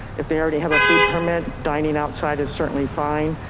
if they already have a food permit, dining outside is certainly fine.